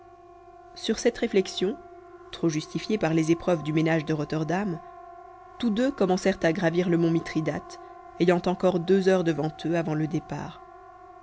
sur cette réflexion trop justifiée par les épreuves du ménage de rotterdam tous deux commencèrent à gravir le mont mithridate ayant encore deux heures devant eux avant le départ